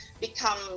become